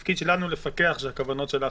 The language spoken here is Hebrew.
אבל התפקיד שלנו לפקח שהכוונות שלך